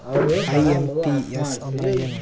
IMPS ಅಂದ್ರ ಏನು?